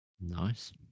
Nice